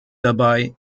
dabei